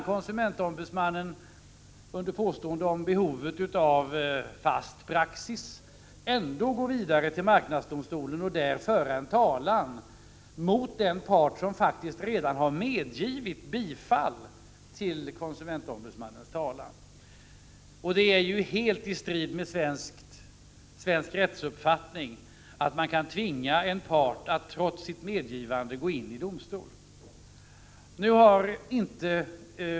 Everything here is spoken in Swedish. Konsumentombudsmannen kan då under anförande av ett behov av fast praxis trots medgivandet gå vidare till marknadsdomstolen och där föra en talan mot den part som alltså redan har medgivit bifall till konsumentombudsmannens talan. Det är helt i strid med svensk rättsuppfattning att man trots medgivande från en part kan tvinga denne till domstol.